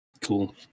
Cool